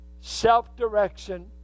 self-direction